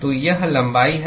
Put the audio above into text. तो यह लंबाई है